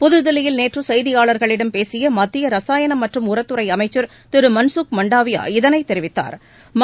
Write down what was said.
புததில்லியில் நேற்று செய்தியாளர்களிடம் பேசிய மத்திய ரசயானம் மற்றும் உரத்துறை அமைச்சர் திரு மன்சுக் மண்டாவியா இதனைத் தெரிவித்தாா்